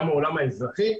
גם מהעולם האזרחי,